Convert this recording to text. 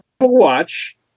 watch